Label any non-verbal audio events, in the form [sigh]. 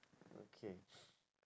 okay [noise]